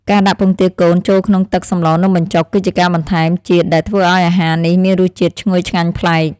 ការដាក់ពងទាកូនចូលក្នុងទឹកសម្លនំបញ្ចុកគឺជាការបន្ថែមជាតិដែលធ្វើឱ្យអាហារនេះមានរសជាតិឈ្ងុយឆ្ងាញ់ប្លែក។